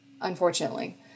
unfortunately